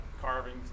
carvings